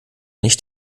nicht